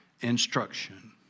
Instruction